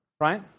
right